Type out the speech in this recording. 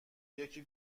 یکی